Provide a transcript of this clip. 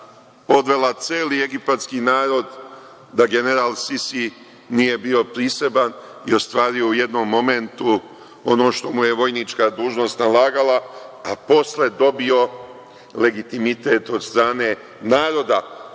odvela celi Egipatski narod da general Sisi nije bio priseban i ostvario u jednom momentu ono što mu je vojnička dužnost nalagala, a posle dobio legitimitet od strane naroda